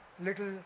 little